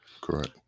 Correct